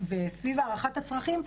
וסביב הערכת הצרכים,